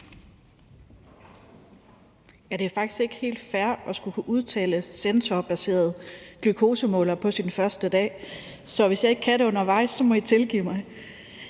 Det er faktisk ikke helt fair at skulle kunne udtale sensorbaseret glukosemåler på sin første dag. Så hvis jeg ikke kan det undervejs, må I tilgive mig.